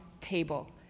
table